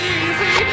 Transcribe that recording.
easy